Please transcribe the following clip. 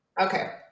Okay